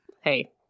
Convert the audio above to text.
Hey